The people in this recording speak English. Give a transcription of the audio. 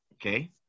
Okay